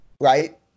right